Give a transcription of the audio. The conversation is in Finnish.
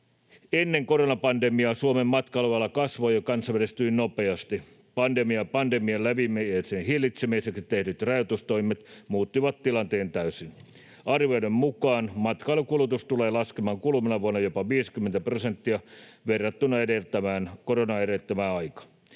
Ennen koronapandemiaa Suomen matkailuala kasvoi ja kansainvälistyi nopeasti. Pandemia ja pandemian leviämisen hillitsemiseksi tehdyt rajoitustoimet muuttivat tilanteen täysin. Arvioiden mukaan matkailukulutus tulee laskemaan kuluvana vuonna jopa 50 prosenttia verrattuna koronaa edeltävään aikaan.